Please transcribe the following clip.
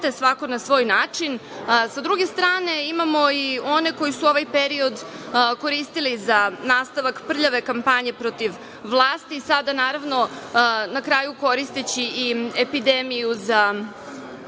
svako na svoj način. Sa druge strane imamo i one koji su ovaj period koristili za nastavak prljave kampanje protiv vlast i sada naravno na kraju koristeći epidemiju